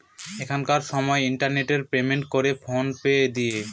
এখনকার সময় internet payment করে ফোন পে দিয়ে